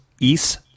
East